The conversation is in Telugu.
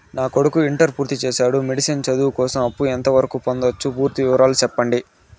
నా కొడుకు ఇంటర్ పూర్తి చేసాడు, మెడిసిన్ చదువు కోసం అప్పు ఎంత వరకు పొందొచ్చు? పూర్తి వివరాలు సెప్పండీ?